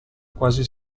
quasi